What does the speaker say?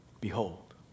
Behold